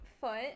foot